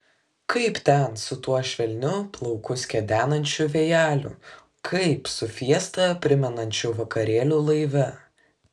kaip ten su tuo švelniu plaukus kedenančiu vėjeliu kaip su fiestą primenančiu vakarėliu laive